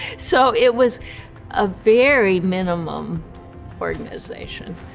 so it was a very minimum organization.